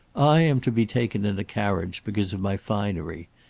i am to be taken in a carriage because of my finery.